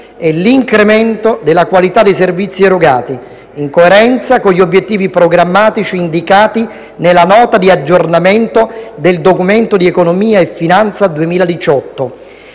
e l’incremento della qualità dei servizi erogati, in coerenza con gli obiettivi programmatici indicati nella Nota di aggiornamento del Documento di economia e finanza 2018,